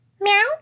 Meow